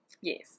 Yes